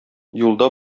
юлда